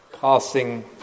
passing